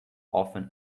often